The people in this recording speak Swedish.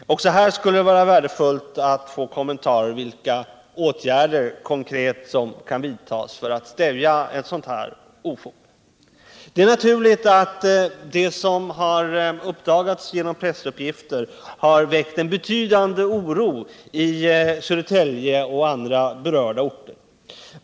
Även här skulle det därför vara värdefullt att få några kommentarer om vilka konkreta åtgärder som kan vidtas för att stävja ett sådant ofog. Det är naturligt att vad som har uppdagats genom pressuppgifterna har väckt betydande oro i Södertälje och andra berörda orter.